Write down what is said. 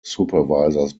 supervisors